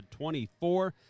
24